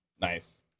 Nice